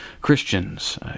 Christians